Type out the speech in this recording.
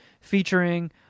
featuring